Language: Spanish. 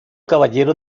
caballero